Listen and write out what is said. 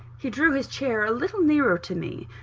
he drew his chair a little nearer to me.